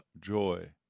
joy